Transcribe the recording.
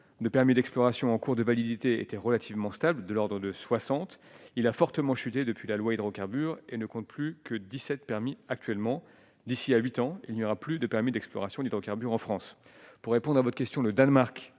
de permis d'exploration en cours de validité était relativement stable de l'Ordre de 60 il a fortement chuté depuis la loi hydrocarbures et ne compte plus que 17 permis actuellement d'ici à 8 ans il n'y aura plus de permis d'exploration d'hydrocarbures en France pour répondre à votre question, le Danemark